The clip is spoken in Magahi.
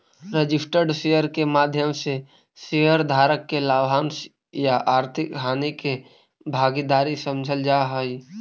रजिस्टर्ड शेयर के माध्यम से शेयर धारक के लाभांश या आर्थिक हानि के भागीदार समझल जा हइ